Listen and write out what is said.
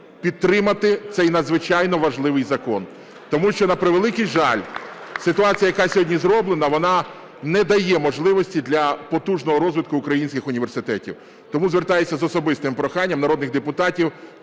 підтримати цей надзвичайно важливий закон. Тому що, на превеликий жаль, ситуація, яка сьогодні зроблена, вона не дає можливості для потужного розвитку українських університетів. Тому звертаюся з особистим проханням до народних депутатів